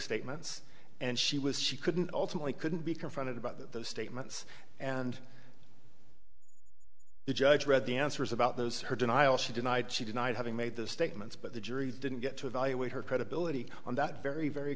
statements and she was she couldn't ultimately couldn't be confronted about those statements and the judge read the answers about those her denial she denied she denied having made those statements but the jury didn't get to evaluate her credibility on that very very